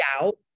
doubt